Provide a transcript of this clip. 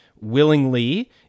Willingly